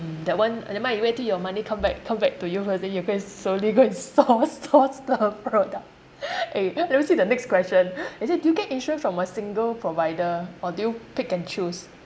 that one never mind you wait till your money come back come back to you first then you can slowly go and source source the product eh never see the next question it say do you get insurance from a single provider or do you pick and choose